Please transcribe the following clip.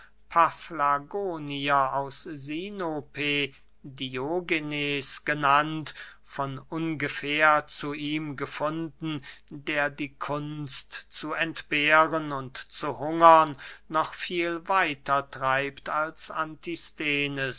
paflagonier aus sinope diogenes genannt von ungefähr zu ihm gefunden der die kunst zu entbehren und zu hungern noch viel weiter treibt als